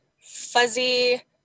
fuzzy